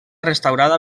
restaurada